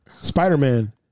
Spider-Man